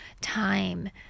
time